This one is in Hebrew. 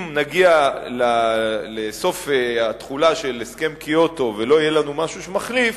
אם נגיע לסוף התחולה של הסכם קיוטו ולא יהיה לנו משהו שמחליף,